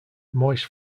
moist